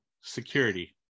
security